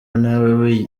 nawe